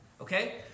okay